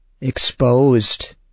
exposed